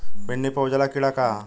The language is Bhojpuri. भिंडी पर उजला कीड़ा का है?